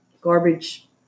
garbage